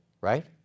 right